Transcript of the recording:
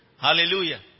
Hallelujah